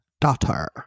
daughter